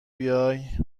بیای